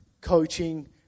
coaching